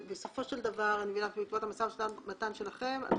בסופו של דבר אני מבינה שבעקבות המשא ומתן שלכם הוחלט לא לעשות את זה.